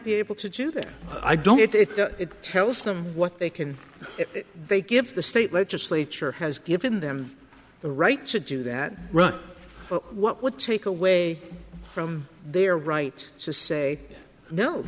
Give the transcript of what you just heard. be able to do that i don't get it it tells them what they can they give the state legislature has given them the right to do that run what would take away from their right to say no